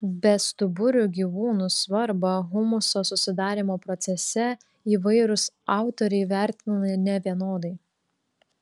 bestuburių gyvūnų svarbą humuso susidarymo procese įvairūs autoriai vertina nevienodai